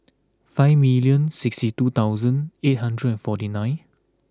five million sixty two thousand eight hundred and forty nine